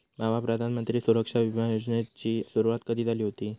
भावा, प्रधानमंत्री सुरक्षा बिमा योजनेची सुरुवात कधी झाली हुती